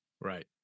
Right